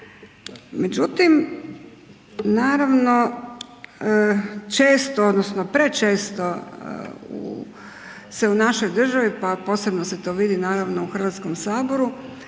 Međutim, naravno često odnosno prečesto se u našoj državi, pa posebno se to vidi naravno u Hrvatskom saboru